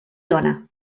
dona